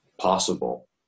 possible